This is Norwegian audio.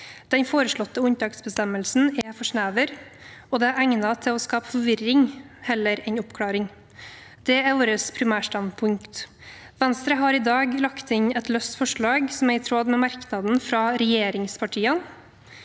Den foreslåtte unntaksbestemmelsen er for snever, og det er egnet til å skape forvirring heller enn oppklaring. Det er vårt primærstandpunkt. Venstre har i dag lagt inn et løst forslag som er i tråd med merknaden fra regjeringspartiene,